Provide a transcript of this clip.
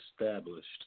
established